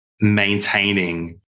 maintaining